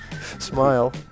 smile